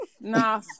Nah